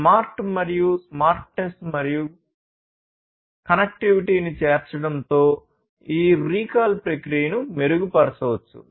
smart మరియు smartness మరియు కనెక్టివిటీని చేర్చడంతో ఈ రీకాల్ ప్రక్రియను మెరుగుపరచవచ్చు